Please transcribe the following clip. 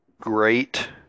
great